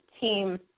team